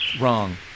Wrong